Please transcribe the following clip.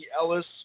Ellis